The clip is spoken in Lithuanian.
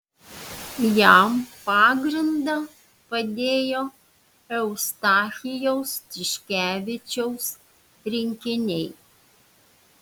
jam pagrindą padėjo eustachijaus tiškevičiaus rinkiniai